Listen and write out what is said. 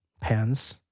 pens